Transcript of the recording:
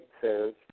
says